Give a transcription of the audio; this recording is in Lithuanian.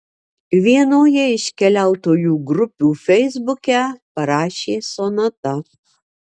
vienoje iš keliautojų grupių feisbuke parašė sonata